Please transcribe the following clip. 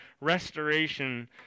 restoration